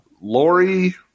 Lori